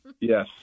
Yes